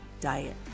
Diet